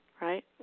right